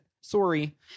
Sorry